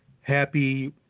happy